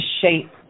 shape